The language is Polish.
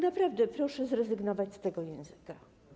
Naprawdę proszę zrezygnować z tego języka.